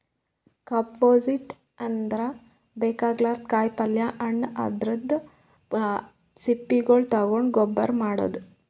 composting ಅಂದ್ರ ಬೇಕಾಗಲಾರ್ದ್ ಕಾಯಿಪಲ್ಯ ಹಣ್ಣ್ ಅವದ್ರ್ ಸಿಪ್ಪಿಗೊಳ್ ತಗೊಂಡ್ ಗೊಬ್ಬರ್ ಮಾಡದ್